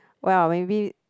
!wow! maybe